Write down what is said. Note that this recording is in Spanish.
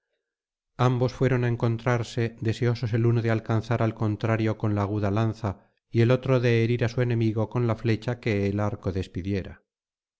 ambos fueron á encontrarse deseosos el uno de alcanzar al contrario con la aguda lanza y el otro de herir á su enemigo con la flecha que el arco despidiera